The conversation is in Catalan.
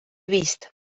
vist